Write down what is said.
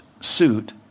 suit